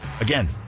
Again